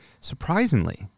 Surprisingly